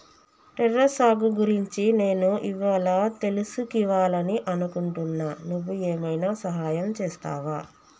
terrace సాగు గురించి నేను ఇవ్వాళా తెలుసుకివాలని అనుకుంటున్నా నువ్వు ఏమైనా సహాయం చేస్తావా